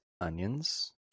onions